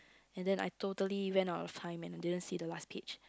and then I totally went out the time I didn't see the last page